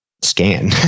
scan